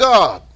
God